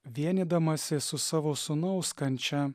vienydamasi su savo sūnaus kančia